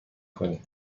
کنی